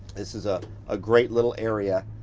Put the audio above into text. this is a ah great little area.